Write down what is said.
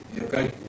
okay